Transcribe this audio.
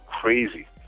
crazy